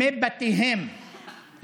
מבתיהן,